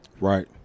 Right